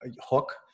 hook